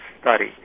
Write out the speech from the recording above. study